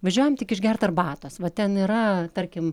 važiuojam tik išgert arbatos va ten yra tarkim